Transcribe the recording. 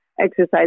exercise